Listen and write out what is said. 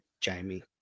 Jamie